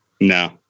No